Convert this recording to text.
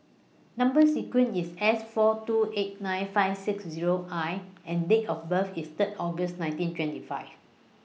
Number sequence IS S four two eight nine five six Zero I and Date of birth IS three August nineteen twenty five